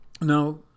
now